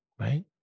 right